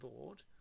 board